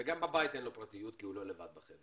וגם בבית אין לו פרטיות כי הוא לא לבד בחדר.